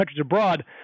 abroad